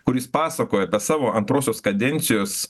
kur jis pasakoja apie savo antrosios kadencijos